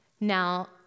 Now